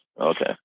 Okay